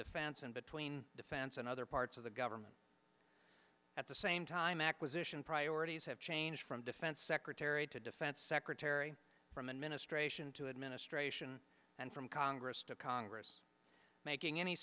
defense and between defense and other parts of the government at the same time acquisition priorities have changed from defense secretary to defense secretary from administration to administration and from congress to congress making any